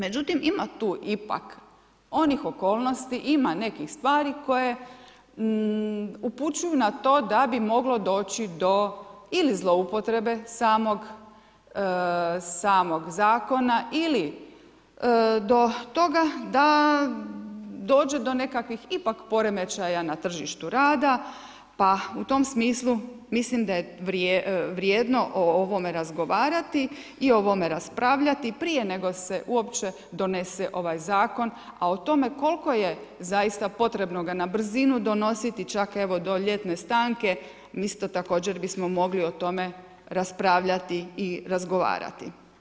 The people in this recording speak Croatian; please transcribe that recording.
Međutim ima tu ipak onih okolnosti, ima nekih stvari koje upućuju na to da bi moglo doći do ili zloupotrebe samog zakona ili do toga da dođe do nekakvih ipak poremećaja na tržištu rada pa u tom smislu mislim da je vrijedno o ovome razgovarati i o ovome raspravljati prije nego se uopće donese ovaj zakon, a o tome koliko je zaista potrebno ga na brzinu donositi, čak evo do ljetne stanke, također bismo mogli o tome raspravljati i razgovarati.